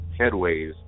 headways